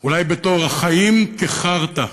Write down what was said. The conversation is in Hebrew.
אולי "החיים כחארטה",